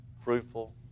fruitful